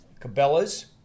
Cabela's